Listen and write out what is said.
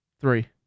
Three